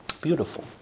Beautiful